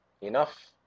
enough